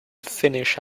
finish